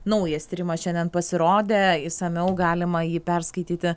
naujas tyrimas šiandien pasirodė išsamiau galima jį perskaityti